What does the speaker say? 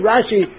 Rashi